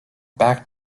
back